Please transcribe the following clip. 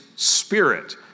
Spirit